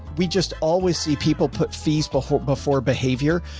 we just always see people put fees before, before behavior.